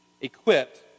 equipped